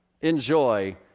enjoy